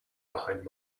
behind